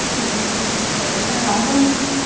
ம் okay okay sir ஏன்னா ரொம்ப முக்